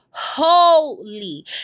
Holy